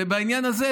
ובעניין הזה,